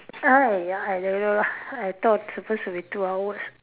eh ya I don't know lah I thought supposed to be two hours